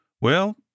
Well